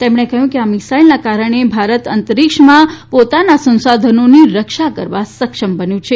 તેમણે કહયું કે આ મિસાઇલના કારણે ભારત અંતરીક્ષમાં પોતાના સંસાધનોની રક્ષા કરવા સક્ષમ બન્યું છે